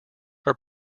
are